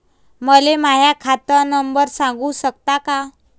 मले माह्या खात नंबर सांगु सकता का?